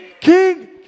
King